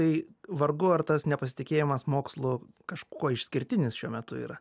tai vargu ar tas nepasitikėjimas mokslu kažkuo išskirtinis šiuo metu yra